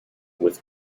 with